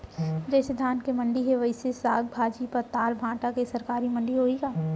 जइसे धान के मंडी हे, वइसने साग, भाजी, पताल, भाटा के सरकारी मंडी होही का?